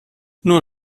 nur